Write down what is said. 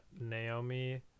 naomi